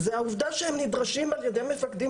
זה העובדה שהם נדרשים על ידי מפקדים